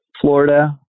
Florida